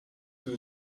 too